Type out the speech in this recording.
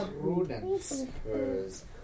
prudence